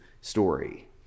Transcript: story